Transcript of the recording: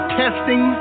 testing